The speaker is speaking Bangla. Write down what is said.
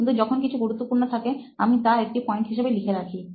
কিন্তু যখন কিছু গুরুত্বপূর্ণ থাকে আমি তা একটি পয়েন্ট হিসেবে লিখে রাখি